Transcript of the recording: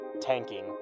tanking